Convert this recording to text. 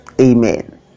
amen